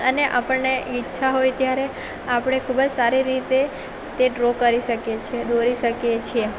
અને આપણને ઈચ્છા હોય ત્યારે આપણે ખૂબ જ સારી રીતે તે ડ્રો કરી શકીએ છીએ દોરી શકીએ છીએ